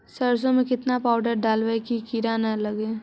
सरसों में केतना पाउडर डालबइ कि किड़ा न लगे?